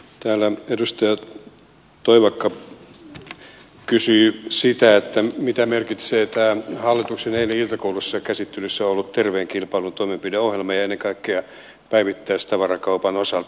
täällä edustaja toivakka kysyi sitä mitä merkitsee tämä hallituksen eilen iltakoulussa käsittelyssä ollut terveen kilpailun toimenpideohjelma ja ennen kaikkea päivittäistavarakaupan osalta